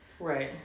Right